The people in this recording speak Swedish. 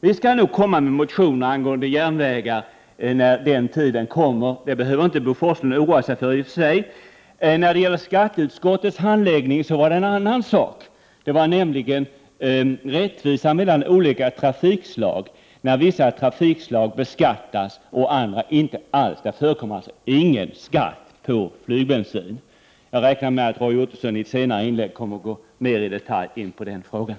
Vi skall nog framlägga motioner angående järnvägar när den tiden kommer — det behöver inte Bo Forslund oroa sig för. I fråga om skatteutskottets handläggning gällde det en annan sak, nämligen rättvisa mellan olika trafikslag. Vissa trafikslag beskattas, andra inte alls. Skatt på flygbränsle förekommer inte. Jag räknar med att Roy Ottosson i ett senare inlägg mer i detalj kommer att gå in på den frågan.